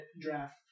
draft